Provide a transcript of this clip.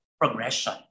progression